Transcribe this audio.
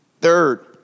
Third